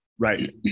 Right